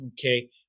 Okay